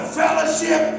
fellowship